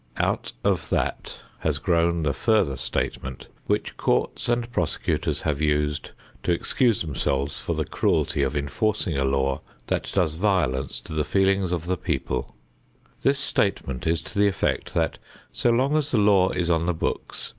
out of that has grown the further statement which courts and prosecutors have used to excuse themselves for the cruelty of enforcing a law that does violence to the feelings of the people this statement is to the effect that so long as the law is on the books,